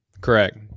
Correct